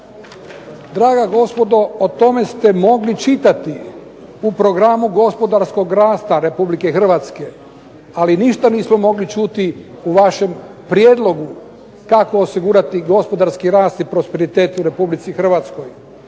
Draga gospodo o tome ste mogli čitati u Programu gospodarskog rasta RH, ali ništa nismo mogli čuti u vašem prijedlogu kako osigurati gospodarski rast i prosperitet u RH.